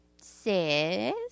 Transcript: says